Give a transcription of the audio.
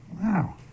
Wow